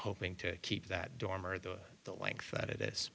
hoping to keep that dormer that the length that it is